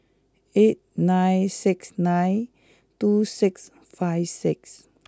eight nine six nine two six five six